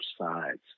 sides